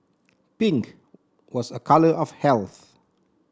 pink was a colour of health